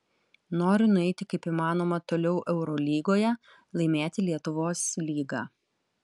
noriu nueiti kaip įmanoma toliau eurolygoje laimėti lietuvos lygą